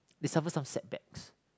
they suffer some setback